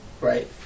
right